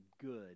good